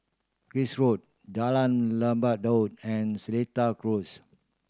Cris Road Jalan Lebat Daun and Seletar Close